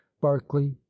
Barclay